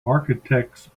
architects